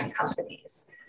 companies